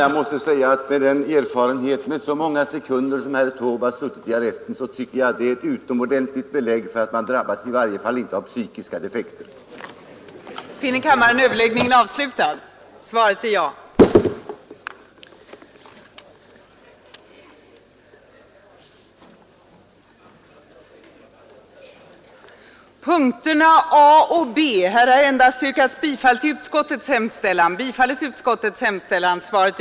Jag måste säga att den erfarenhet som herr Taube har efter att ha suttit i arrest ett så stort antal sekunder tycker jag är ett utomordentligt belägg för att man i varje fall inte drabbas av psykiska defekter av sådant straff.